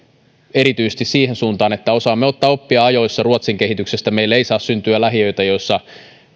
erityisesti siihen suuntaan että osaamme ottaa oppia ajoissa ruotsin kehityksestä meille ei saa syntyä lähiöitä joissa